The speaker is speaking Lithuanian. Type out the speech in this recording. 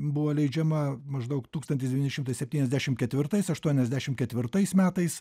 buvo leidžiama maždaug tūkstantis devyni šimtai septyniasdešimt ketvirtais aštuoniasdešimt ketvirtais metais